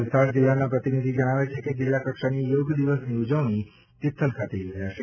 વલસાડ જિલ્લાના પ્રતિનિધિ જણાવે છે કે જિલ્લા કક્ષાની યોગ દિવસની ઉજવણી તિથલ ખાતે યોજાશે